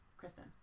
Kristen